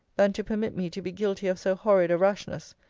than to permit me to be guilty of so horrid a rashness,